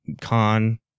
con